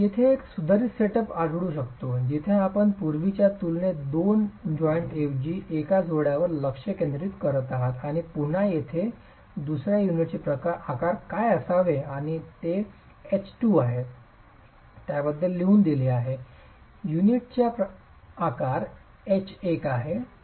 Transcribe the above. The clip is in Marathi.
येथे एक सुधारित सेटअप आढळू शकतो जिथे आपण पूर्वीच्या तुलनेत दोन जॉइंट ऐवजी एका जोड्यावर लक्ष केंद्रित करत आहात आणि पुन्हा तेथे दुसर्या युनिटचे आकार काय असावे आणि ते एच 2 आहे त्याबद्दल लिहून दिले आहेत पहिल्या युनिटचा आकार एच 1 आहे दुसर्या युनिटचा आकार एच 2 आहे